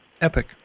EPIC